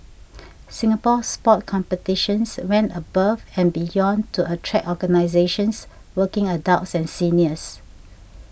Singapore Sport Competitions went above and beyond to attract organisations working adults and seniors